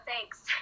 thanks